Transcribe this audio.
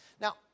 Now